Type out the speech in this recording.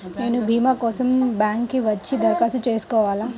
నేను భీమా కోసం బ్యాంక్కి వచ్చి దరఖాస్తు చేసుకోవాలా?